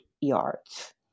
yards